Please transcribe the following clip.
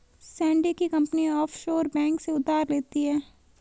Sandy की company offshore bank से उधार लेती है